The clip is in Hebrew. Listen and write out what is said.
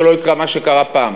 שלא יקרה מה שקרה פעם.